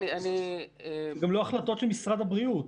אלה לא החלטות של משרד הבריאות.